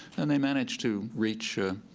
and they managed to reach a